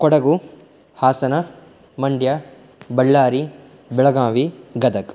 Kodagu Hassan Mandya Ballari Belagavi Gadag